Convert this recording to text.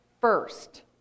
first